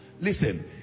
Listen